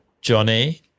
Johnny